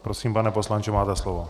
Prosím, pane poslanče, máte slovo.